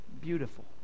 beautiful